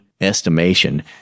estimation